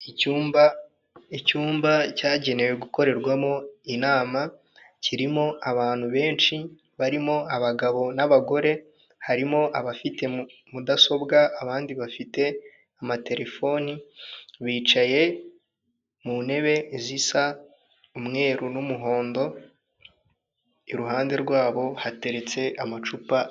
Icyumba cyagenewe gukorerwamo inama, kirimo abantu benshi barimo abagabo n'abagore, harimo abafite mudasobwa abandi bafite amatelefoni, bicaye mu ntebe zisa umweru n'umuhondo, iruhande rwabo hateretse amacupa.